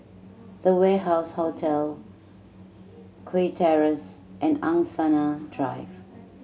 The Warehouse Hotel Kew Terrace and Angsana Drive